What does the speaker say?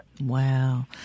Wow